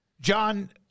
John